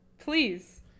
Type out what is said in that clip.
Please